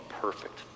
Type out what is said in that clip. perfect